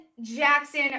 Jackson